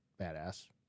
badass